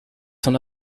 son